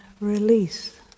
release